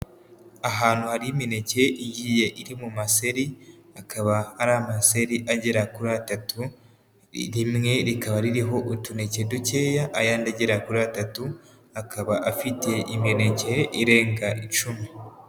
Ahantu hari imineke igiye iri mu maseri, akaba hari amaseri agera kuri atatu, rimwe rikaba ririho utuneke dukeya ayandi agera kuri atatu akaba afite imineke irenga icumi.